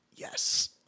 Yes